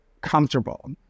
comfortable